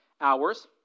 hours